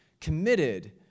committed